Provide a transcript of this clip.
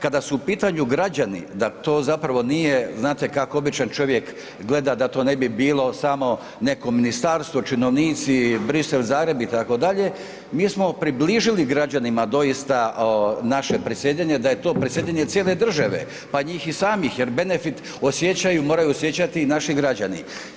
Kada su u pitanju građani da to zapravo nije, znate kako običan čovjek gleda da to ne bi bilo samo neko ministarstvo, činovnici, Bruxelles-Zagreb itd., mi smo približili građanima doista naše predsjedanje, da je to predsjedanje cijele države, pa njih i samih jer benefit osjećaju, moraju osjećati i naši građani.